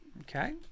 Okay